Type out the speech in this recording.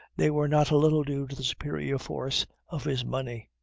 they were not a little due to the superior force of his money.